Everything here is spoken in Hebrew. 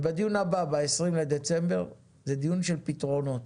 ובדיון הבא, ב-20 בדצמבר, זה דיון של פתרונות,